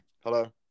Hello